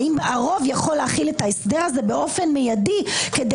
האם הרוב יכול להחיל את ההסדר הזה באופן מיידי כדי